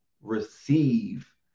receive